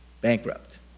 bankrupt